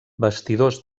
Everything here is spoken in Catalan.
vestidors